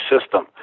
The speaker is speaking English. system